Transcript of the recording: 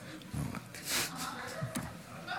לא, אמרתי לניסים.